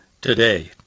today